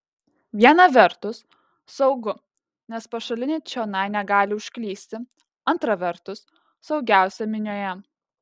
viena vertus saugu nes pašaliniai čionai negali užklysti antra vertus saugiausia minioje